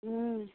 हुँ